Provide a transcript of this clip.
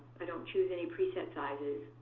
choose any preset sizes.